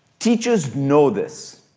teachers know this,